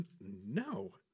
no